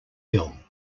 bill